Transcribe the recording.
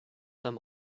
them